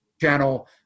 channel